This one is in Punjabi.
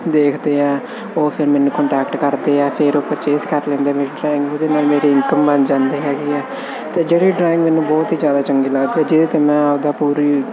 ਦੇਖਦੇ ਹਾਂ ਉਹ ਫਿਰ ਮੈਨੂੰ ਕੰਟੈਕਟ ਕਰਦੇ ਆ ਫਿਰ ਉਹ ਪਰਚੇਸ ਕਰ ਲੈਂਦੇ ਮੇਰੀ ਡਰਾਇੰਗ ਉਹਦੇ ਨਾਲ ਮੇਰੀ ਇਨਕਮ ਬਣ ਜਾਂਦੀ ਹੈਗੀ ਆ ਅਤੇ ਜਿਹੜੀ ਡਰਾਇੰਗ ਮੈਨੂੰ ਬਹੁਤ ਹੀ ਜ਼ਿਆਦਾ ਚੰਗੀ ਲੱਗਦੀ ਆ ਜਿਹਦੇ 'ਤੇ ਮੈਂ ਆਪਦਾ ਪੂਰੀ